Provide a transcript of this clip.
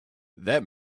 that